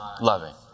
loving